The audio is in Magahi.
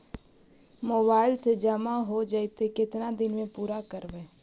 मोबाईल से जामा हो जैतय, केतना दिन में पुरा करबैय?